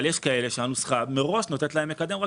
אבל יש כאלה שמראש הנוסחה נותנת להם מקדם רק